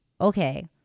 okay